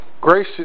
Grace